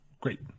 Great